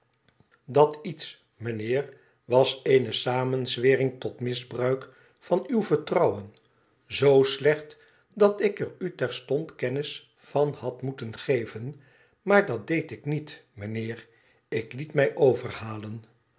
dat iets mijnheer was eene samenzwering tot paisbruik van uw vertrouwen zoo slecht dat ik er u terstond kennis van had moeten geven maar dat deed ik niet mijnheer ik liet mij overhalen